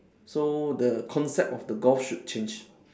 so the concept of the golf should change